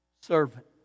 servant